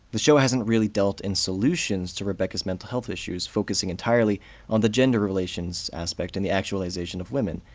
the show hasn't really dealt in solutions to rebecca's mental health issues, focusing entirely on the gender relations aspect and the actualization of women.